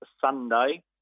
Sunday